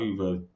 over